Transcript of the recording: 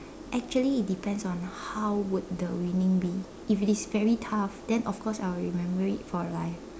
actually it depends on the how would the winning be if it is very tough then of course I will remember it for life